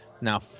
Now